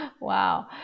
Wow